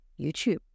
YouTube